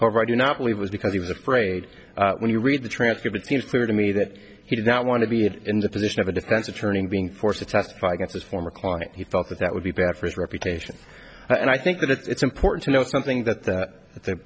however i do not believe was because he was afraid when you read the transcript it seems clear to me that he did not want to be an investigation of a defense attorney and being forced to testify against his former client he felt that that would be bad for his reputation and i think that it's important to know something that the the